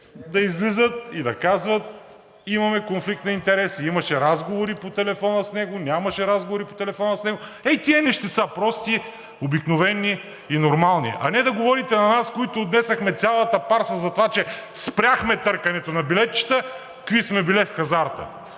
да излизат и да казват: „Имаме конфликт на интереси, имаше разговори по телефона с него, нямаше разговори по телефона с него.“ Ей тези нещица – прости, обикновени и нормални, а не да говорите на нас, които отнесохме цялата парса за това, че спряхме търкането на билетчета, какви сме били в хазарта!